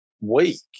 week